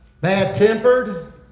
bad-tempered